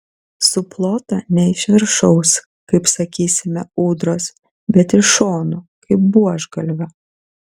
suplota ne iš viršaus kaip sakysime ūdros bet iš šonų kaip buožgalvio